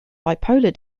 bipolar